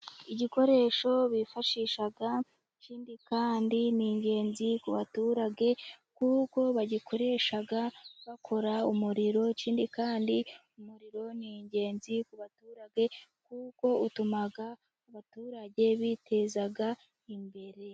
Igikoresho bifashisha, ikindi kandi ni ingenzi ku baturage kuko bagikoresha bakora umuriro, ikindi kandi umuriro ni ingenzi ku baturage, kuko utuma abaturage biteza imbere.